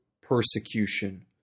persecution